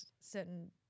certain